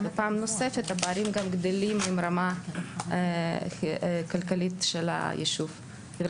בפעם נוספת הפערים גדלים עם רמה חברתית-כלכלית של היישוב.